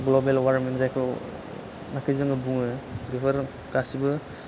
global warming जायखौ नाखि बुङो बेफोर गासिबो